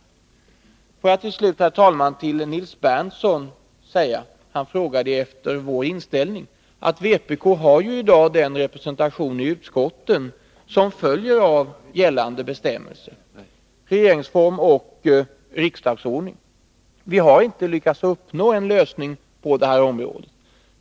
Herr talman! Som svar på Nils Berndtsons fråga om vår inställning vill jag till slut säga att vpk i dag har den representation i utskotten som följer av gällande bestämmelser. Vi har inte lyckats uppnå en lösning på det här området.